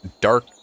dark